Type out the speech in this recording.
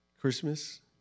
Christmas